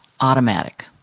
automatic